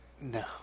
No